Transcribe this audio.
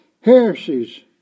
heresies